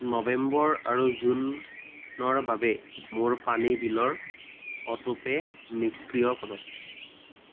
নৱেম্বৰ আৰু জুন নৰ বাবে মোৰ পানী বিলৰ অটোপে' নিষ্ক্ৰিয় কৰক